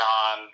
on